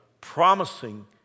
promising